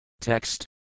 Text